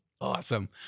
Awesome